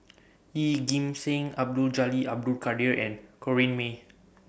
Yeoh Ghim Seng Abdul Jalil Abdul Kadir and Corrinne May